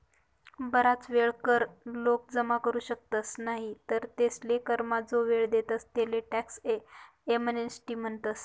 बराच वेळा कर लोक जमा करू शकतस नाही तर तेसले करमा जो वेळ देतस तेले टॅक्स एमनेस्टी म्हणतस